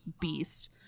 beast